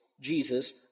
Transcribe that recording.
Jesus